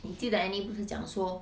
你记得 annie 不是讲说